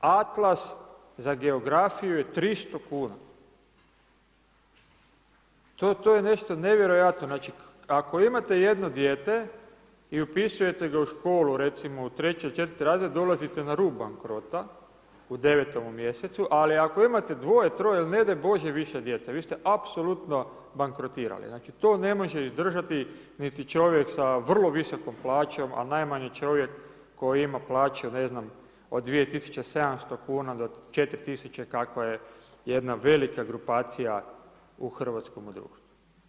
Atlas za geografiju je 300 kn. to je nešto nevjerojatno, znači ako imate jedno dijete i upisujete ga u školu, recimo u treći ili četvrti razred, dolazite na rub bankrota, u 9. mj. ali ako imate dvije, troje ili ne daj bože više djece, vi ste apsolutno bankrotirali, znači to ne može izdržati niti čovjek sa vrlo visokom plaćom a na0jmanje čovjek koji ima plaću ne znam, od 2700 do 4000 kakva je jedna grupacija u hrvatskome društvu.